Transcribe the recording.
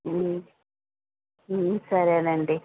సరేనండి